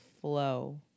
flow